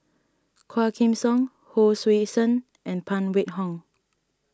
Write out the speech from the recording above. Quah Kim Song Hon Sui Sen and Phan Wait Hong